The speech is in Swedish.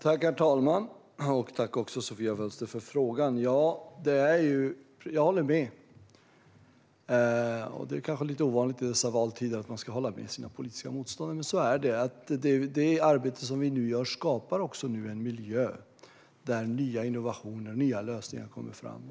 Herr talman! Tack för frågan, Sofia Fölster! Jag håller med. Det är kanske lite ovanligt i dessa valtider att man håller med sina politiska motståndare, men så är det. Det arbete som vi nu gör skapar en miljö där nya innovationer och nya lösningar kommer fram.